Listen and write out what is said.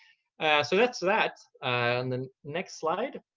so that's that. and then next slide.